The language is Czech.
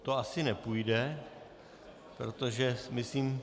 To asi nepůjde, protože si myslím...